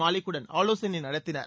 மாலிக் குடன் ஆலோசனை நடத்தினர்